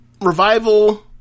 Revival